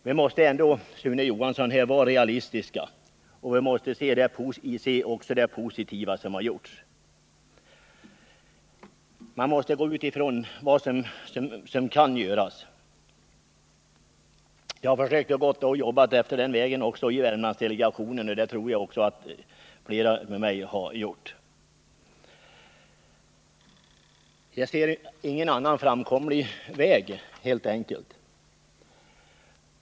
Vi måste ändå, Sune Johansson, vara realistiska och se också till det positiva som har gjorts liksom till vad som är möjligt att göra. Jag, och jag tror flera med mig, har i Värmlandsdelegationen försökt arbeta efter den principen. Jag ser helt enkelt ingen annan framkomlig väg.